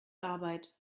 arbeit